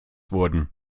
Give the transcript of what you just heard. wurden